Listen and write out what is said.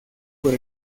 por